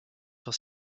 sur